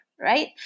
right